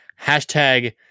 hashtag